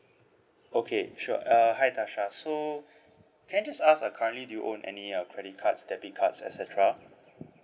okay sure uh hi tasha so can I just ask uh currently do you own any uh credit cards debit cards et cetera